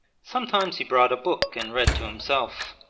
sometimes he brought a book and read to himself.